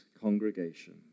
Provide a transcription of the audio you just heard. congregation